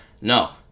no